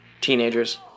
teenagers